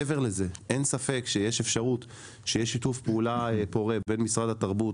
מעבר לזה אין ספק שיש אפשרות שיהיה שיתוף פעולה פורה בין משרד התרבות